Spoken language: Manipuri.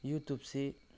ꯌꯨꯇꯨꯞꯁꯤ